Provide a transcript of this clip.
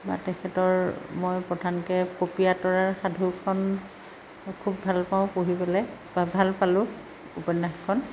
বা তেখেতৰ মই প্ৰধানকৈ পপীয়া তৰাৰ সাধুখন খুব ভাল পাওঁ পঢ়িবলৈ বা ভাল পালোঁ উপন্য়াসখন